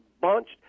bunched